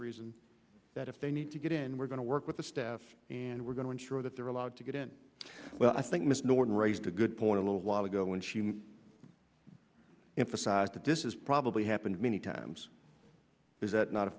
reasons that if they need to get in we're going to work with the staff and we're going to ensure that they're allowed to get in well i think mr norton raised a good point a little while ago and she emphasized that this is probably happened many times is that not